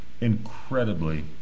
Incredibly